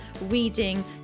reading